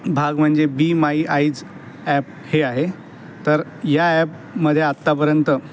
भाग म्हणजे Be My Eyes app हे आहे तर या ॲपमध्ये आत्तापर्यंत